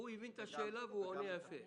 הוא הבין את השאלה והוא עונה יפה.